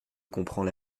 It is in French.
comprends